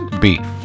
Beef